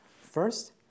First